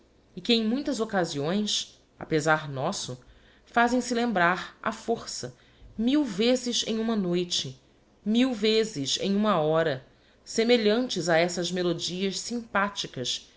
e que em muitas occasiões a pezar nosso fazem-se lembrar á força mil vezes em uma noite mil vezes em uma hora semelhantes a essas melodias sympathicas